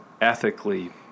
ethically